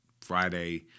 Friday